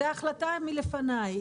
זו החלטה מלפניי,